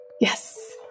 Yes